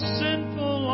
sinful